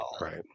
right